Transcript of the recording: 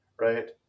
right